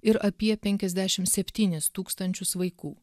ir apie penkiasdešim septynis tūkstančius vaikų